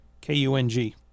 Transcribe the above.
K-U-N-G